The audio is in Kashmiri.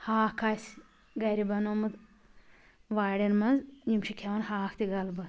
ہاکھ آسہِ گھرِ بنومُت واڑیٚن منٛز یِم چھِ کھیٚوان ہاکھ تہِ گلبہٕ